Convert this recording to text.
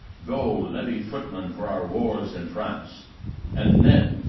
go levy footmen for our wars in france and, ned,